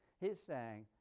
he is saying,